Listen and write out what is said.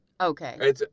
Okay